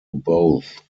both